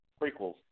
prequels